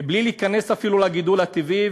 בלי להיכנס אפילו לגידול הטבעי,